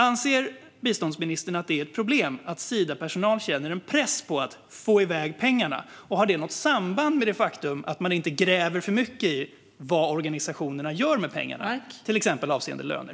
Anser biståndsministern att det är ett problem att Sidapersonal känner en press att få iväg pengarna, och har det något samband med det faktum att man inte gräver för mycket i vad organisationerna gör med pengarna, till exempel avseende löner?